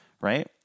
right